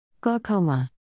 Glaucoma